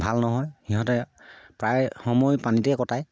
ভাল নহয় সিহঁতে প্ৰায় সময় পানীতেই কটায়